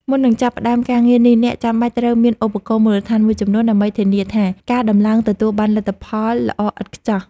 មុននឹងចាប់ផ្ដើមការងារនេះអ្នកចាំបាច់ត្រូវមានឧបករណ៍មូលដ្ឋានមួយចំនួនដើម្បីធានាថាការដំឡើងទទួលបានលទ្ធផលល្អឥតខ្ចោះ។